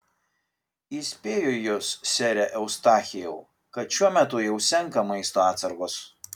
įspėju jus sere eustachijau kad šiuo metu jau senka maisto atsargos